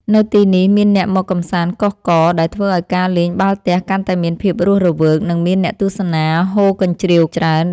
នៅទីនេះមានអ្នកមកកម្សាន្តកុះករ ដែលធ្វើឱ្យការលេងបាល់ទះកាន់តែមានភាពរស់រវើក និងមានអ្នកទស្សនាហ៊ោរកញ្ជ្រៀវច្រើន។